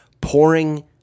pouring